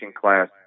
class